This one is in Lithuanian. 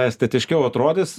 estetiškiau atrodys